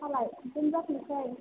होम्बालाय बिदिनो जाथोंसै